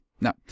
now